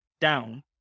down